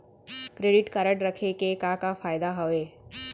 Credit card रखे के का का फायदा हवे?